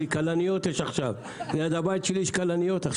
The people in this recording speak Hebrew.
יש עכשיו כלניות.